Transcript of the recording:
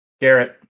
garrett